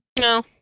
No